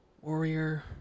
warrior